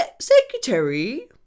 secretary